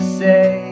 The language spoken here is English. say